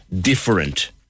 Different